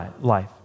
life